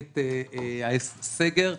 הסגר,